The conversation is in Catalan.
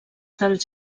dels